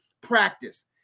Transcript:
practice